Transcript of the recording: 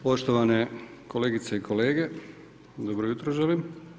Poštovane kolegice i kolege, dobro jutro želim.